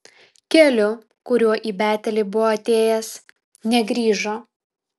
keliu kuriuo į betelį buvo atėjęs negrįžo